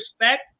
respect